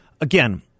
again